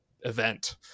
event